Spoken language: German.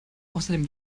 außerdem